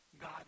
God